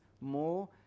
more